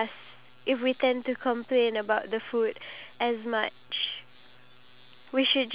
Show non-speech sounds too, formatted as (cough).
but knowing the fact that there are other individuals in the world who are suffering from (breath)